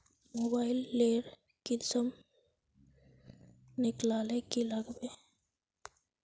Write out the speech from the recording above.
Mobile लेर किसम निकलाले की लागबे?